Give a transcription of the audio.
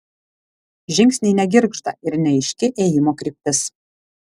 žingsniai negirgžda ir neaiški ėjimo kryptis